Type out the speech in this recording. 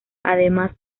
además